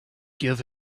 give